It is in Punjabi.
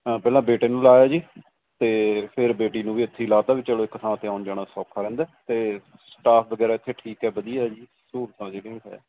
ਹਾਂ ਪਹਿਲਾਂ ਬੇਟੇ ਨੂੰ ਲਾਇਆ ਜੀ ਅਤੇ ਫਿਰ ਬੇਟੀ ਨੂੰ ਵੀ ਇੱਥੇ ਹੀ ਲਾ ਤਾ ਵੀ ਚਲੋ ਇੱਕ ਥਾਂ 'ਤੇ ਆਉਣ ਜਾਣਾ ਸੌਖਾ ਰਹਿੰਦਾ ਅਤੇ ਸਟਾਫ ਵਗੈਰਾ ਇੱਥੇ ਠੀਕ ਹੈ ਵਧੀਆ ਜੀ ਸਹੂਲਤਾਂ ਜਿਹੜੀਆਂ ਵੀ ਹੈ